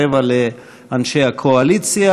רבע לאנשי הקואליציה.